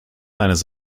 eines